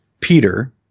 Peter